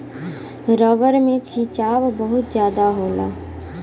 rubber में खिंचाव बहुत जादा होला